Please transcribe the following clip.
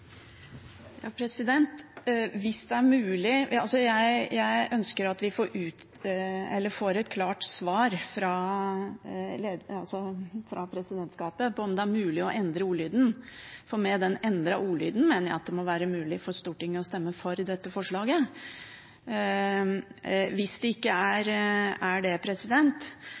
ja, nå må jeg nesten forskuttere – jeg vil anta også Fremskrittspartiet støtte det. Det er uansett et forslag som må utredes nærmere. Jeg ønsker at vi får et klart svar fra presidentskapet på om det er mulig å endre ordlyden, for med den endrede ordlyden mener jeg at det må være mulig for Stortinget å stemme for dette forslaget. Hvis det ikke er